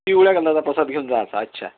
पिवळ्या रंगाचा प्रसाद घेऊन जायचा अच्छा